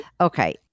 Okay